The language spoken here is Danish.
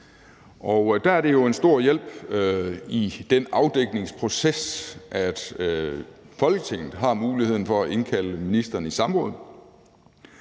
Der er det jo en stor hjælp i den afdækningsproces, at Folketinget har muligheden for at indkalde ministeren i samråd